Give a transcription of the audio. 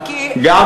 כי משה,